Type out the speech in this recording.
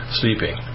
sleeping